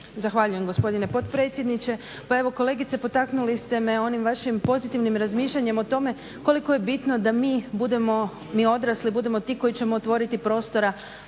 Zahvaljujem gospodine potpredsjedniče. Pa evo kolegice potaknuli ste me onim vašim pozitivnim razmišljanjem o tome koliko je bitno da mi budemo, mi odrasli budemo ti koji ćemo otvoriti prostora